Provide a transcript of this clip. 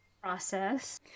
process